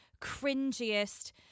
cringiest